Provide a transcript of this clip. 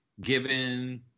given